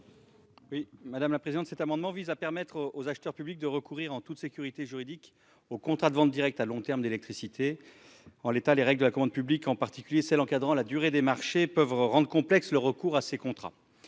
n° 237 rectifié. Cet amendement vise à permettre aux acheteurs publics de recourir en toute sécurité juridique aux contrats de vente directe à long terme d'électricité. En l'état, les règles de la commande publique, en particulier celles qui encadrent la durée des marchés, peuvent rendre complexe le recours à ces contrats.